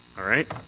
all right.